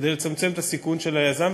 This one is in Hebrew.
כדי לצמצם את הסיכון של היזם.